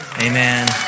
Amen